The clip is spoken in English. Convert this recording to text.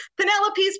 Penelope's